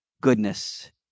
Goodness